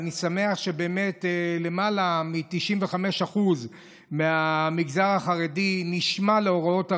אני שמח שבאמת למעלה מ-95% מהמגזר החרדי נשמע להוראות הרבנים,